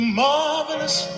marvelous